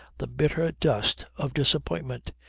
the bitter dust, of disappointment,